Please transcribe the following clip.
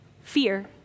fear